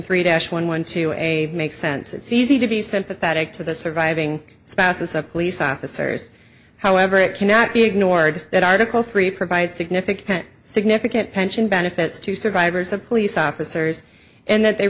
three dash one one two a make sense it's easy to be sympathetic to the surviving spouses of police officers however it cannot be ignored that article three provides significant significant pension benefits to survivors of police officers and that they